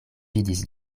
vidis